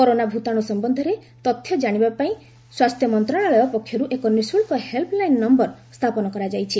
corona ଭୂତାଣୁ ସମ୍ବନ୍ଧରେ ତଥ୍ୟ ଜାଣିବା ପାଇଁ ସ୍ୱାସ୍ଥ୍ୟ ମନ୍ତ୍ରଣାଳୟ ପକ୍ଷରୁ ଏକ ନିଃଶୁଳ୍କ ହେଲ୍ପଲାଇନ୍ ନମ୍ଭର ସ୍ଥାପନ କରାଯାଇଛି